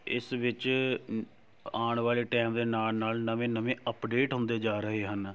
ਇਸ ਵਿੱਚ ਆਉਣ ਵਾਲੇ ਟਾਈਮ ਦੇ ਨਾਲ਼ ਨਾਲ਼ ਨਵੇਂ ਨਵੇਂ ਅਪਡੇਟ ਹੁੰਦੇ ਜਾ ਰਹੇ ਹਨ